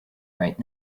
right